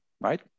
right